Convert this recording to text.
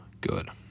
good